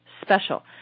special